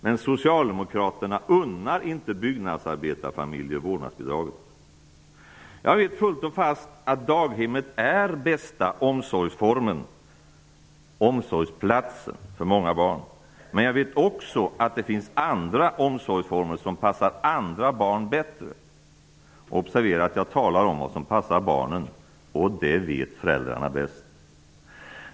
Men socialdemokraterna unnar inte byggnadsarbetarfamiljer vårdnadsbidraget. Jag vet fullt och fast att daghemmet är den bästa omsorgsplatsen för många barn. Men jag vet också att det finns andra omsorgsformer som passar andra barn bättre. Observera att jag talar om vad som passar barnen, och det vet föräldrarna bäst!